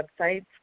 websites